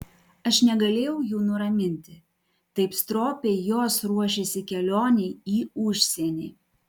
aš negalėjau jų nuraminti taip stropiai jos ruošėsi kelionei į užsienį